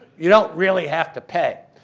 you don't really have to pay.